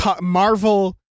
Marvel